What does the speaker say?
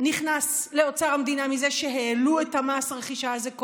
נכנס לאוצר המדינה מזה שהעלו את מס הרכישה על זה?